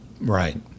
Right